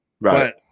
right